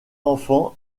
enfants